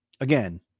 again